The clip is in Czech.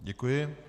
Děkuji.